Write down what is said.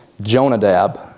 Jonadab